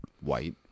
white